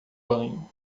banho